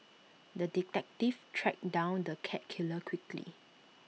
the detective tracked down the cat killer quickly